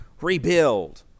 rebuild